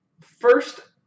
first